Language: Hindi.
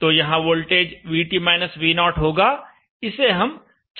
तो यहां वोल्टेज VT V0 होगा इसे हम छायांकित कर देते हैं